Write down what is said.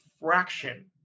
fraction